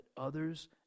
others